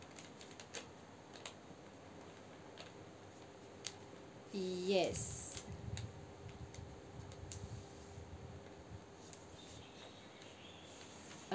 yes